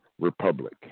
republic